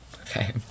Okay